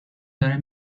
داره